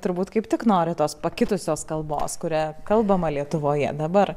turbūt kaip tik nori tos pakitusios kalbos kuria kalbama lietuvoje dabar